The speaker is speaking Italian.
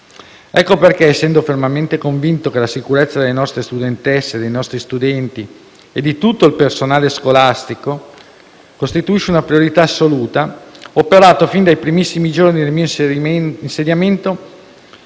Ecco perché, essendo fermamente convinto che la sicurezza delle nostre studentesse, dei nostri studenti e di tutto il personale scolastico costituisce una priorità assoluta, ho operato fin dai primissimi giorni del mio insediamento